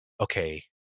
okay